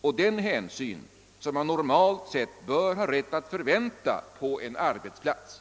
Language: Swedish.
och den hänsyn som man normalt sett bör ha rätt att förvänta på en arbetsplats.